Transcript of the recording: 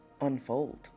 unfold